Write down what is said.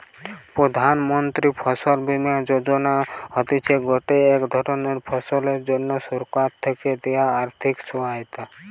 প্রধান মন্ত্রী ফসল বীমা যোজনা হতিছে গটে ধরণের ফসলের জন্যে সরকার থেকে দেয়া আর্থিক সহায়তা